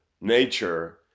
nature